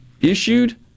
issued